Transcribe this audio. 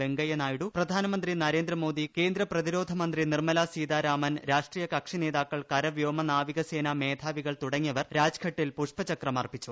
വെങ്കയ്യനായിഡു പ്രധാനമന്ത്രി നർട്ടങ്ടമോദി കേന്ദ്ര പ്രതിരോധ മന്ത്രി നിർമ്മലാ സീതാരാമൻ രാഷ്ട്രീയ്ക്ക്ഷി നേതാക്കൾ കര വ്യോമ നാവിക സേനാ മേധാവികൾ തുട്ടങ്ങിയവർ രാജ്ഘട്ടിൽ പുഷ്പചക്രം അർപ്പിച്ചു